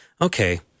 okay